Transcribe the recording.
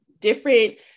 different